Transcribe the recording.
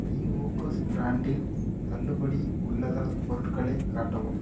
Evocus ப்ராண்டில் தள்ளுபடி உள்ள பொருட்களை காட்டவும்